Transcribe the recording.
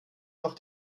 noch